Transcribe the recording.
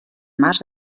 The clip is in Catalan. març